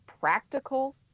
practical